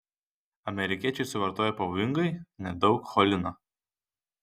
amerikiečiai suvartoja pavojingai nedaug cholino